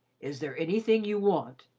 is there anything you want,